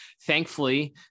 Thankfully